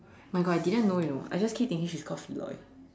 my God I didn't know you know I just keep thinking she is called Feloy